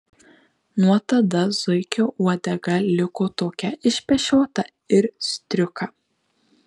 nuo tada zuikio uodega liko tokia išpešiota ir striuka